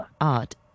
art